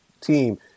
team